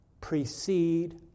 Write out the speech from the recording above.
precede